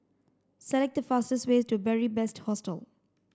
select the fastest way to Beary Best Hostel